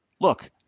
Look